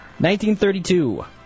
1932